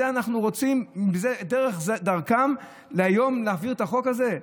את זה אנחנו רוצים, דרכם היום להעביר את החוק הזה?